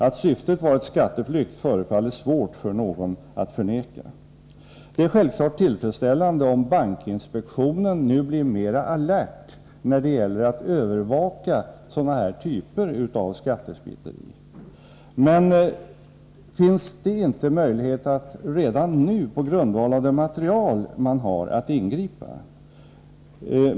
Att syftet varit skatteflykt förefaller svårt för någon att förneka. Det är självfallet tillfredsställande om bankinspektionen nu blir mera alert när det gäller att övervaka sådana här typer av skattesmiteri. Finns det inte möjlighet att redan nu ingripa, på grundval av det material man har?